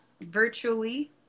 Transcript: virtually